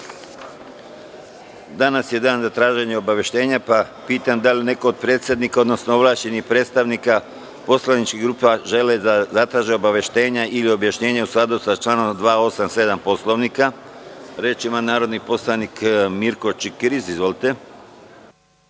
je dan za traženje obaveštenja, pa pitam da li neko od predsednika, odnosno ovlašćenih predstavnika poslaničkih grupa želi da zatraži obaveštenje ili objašnjenje, u skladu sa članom 287. Poslovnika? Reč ima narodni poslanik Mirko Čikiriz. Izvolite.